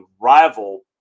rival